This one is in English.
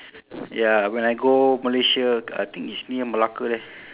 ya when I go malaysia I think it's near malacca there